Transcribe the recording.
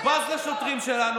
הוא בז לשוטרים שלנו.